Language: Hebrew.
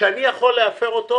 שאני יכול להפר אותו